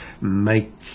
make